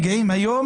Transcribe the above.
לא קיימת.